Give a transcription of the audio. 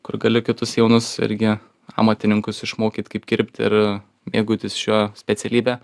kur galiu kitus jaunus irgi amatininkus išmokyt kaip kirpt ir mėgautis šiuo specialybe